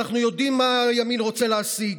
אנחנו יודעים מה הימין רוצה להשיג: